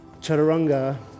Chaturanga